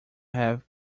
have